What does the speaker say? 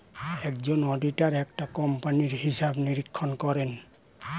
একজন অডিটর একটা কোম্পানির হিসাব নিরীক্ষণ করেন